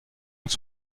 avec